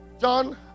John